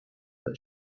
but